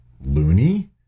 loony